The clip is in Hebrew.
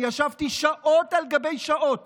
אני ישבתי שעות על גבי שעות